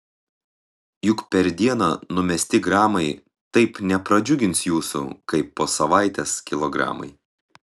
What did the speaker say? juk per dieną numesti gramai taip nepradžiugins jūsų kaip po savaitės kilogramai